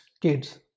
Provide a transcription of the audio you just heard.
kids